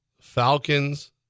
falcons